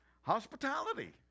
hospitality